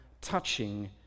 touching